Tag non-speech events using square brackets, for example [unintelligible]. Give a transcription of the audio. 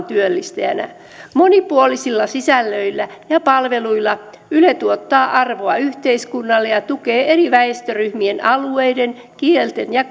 [unintelligible] työllistäjänä monipuolisilla sisällöillä ja palveluilla yle tuottaa arvoa yhteiskunnalle ja tukee eri väestöryhmien alueiden kielten ja [unintelligible]